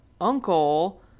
uncle